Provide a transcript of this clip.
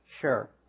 Sure